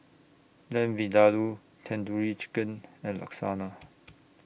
Lamb Vindaloo Tandoori Chicken and Lasagne